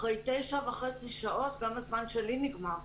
אחרי תשע וחצי שעות, גם הזמן שלי נגמר.